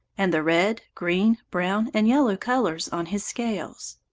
and the red, green, brown and yellow colours on his scales.